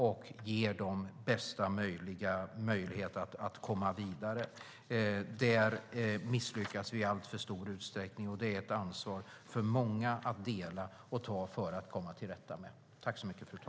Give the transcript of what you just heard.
Dessa människor ska ges bästa möjlighet att komma vidare. Där misslyckas vi i alltför stor utsträckning, och det ansvaret delas av många - ett ansvar som måste tas för att man ska komma till rätta med detta.